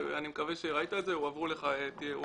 אני מקווה שראית את זה, הועבר לך תיעוד.